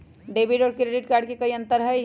Debit और credit card में कई अंतर हई?